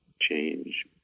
change